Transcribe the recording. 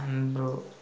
हाम्रो